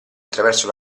attraverso